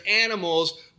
animals